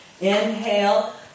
Inhale